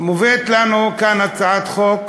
מובאת לנו כאן הצעת חוק